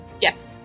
Yes